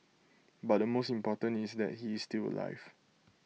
but the most important is that he is still alive